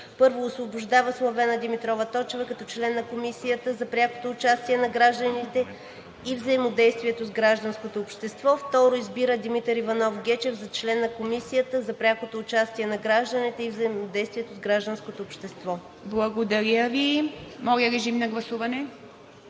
1. Освобождава Славена Димитрова Точева като член на Комисията за прякото участие на гражданите и взаимодействието с гражданското общество. 2. Избира Димитър Иванов Гечев за член на Комисията за прякото участие на гражданите и взаимодействието с гражданското общество.“ ПРЕДСЕДАТЕЛ ИВА МИТЕВА: Благодаря Ви. Моля, режим на гласуване.